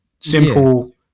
simple